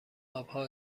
آبها